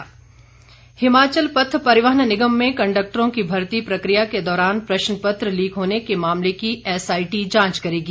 जांच हिमाचल पथ परिवहन निगम में कंडक्टरों की भर्ती प्रकिया के दौरान प्रश्न पत्र लीक होने के मामले की एसआईटी जांच करेगी